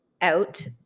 out